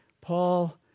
Paul